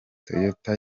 toyota